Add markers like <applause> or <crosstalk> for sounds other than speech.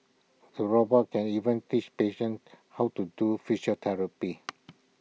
the robot can even teach patients how to do <unintelligible>